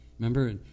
Remember